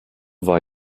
war